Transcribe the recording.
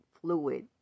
fluid